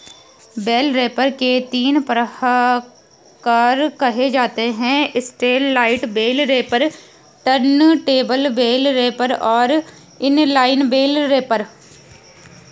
bell wrapper के तीन प्रकार कहे जाते हैं satellite bale wrapper, turntable bale wrapper और इन लाइन बेल रैपर